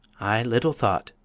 i little thought,